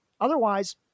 otherwise